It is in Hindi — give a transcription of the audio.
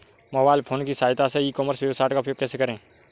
मोबाइल फोन की सहायता से ई कॉमर्स वेबसाइट का उपयोग कैसे करें?